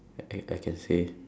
I I can say